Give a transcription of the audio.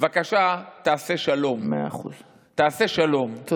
בבקשה, תעשה שלום, מאה אחוז.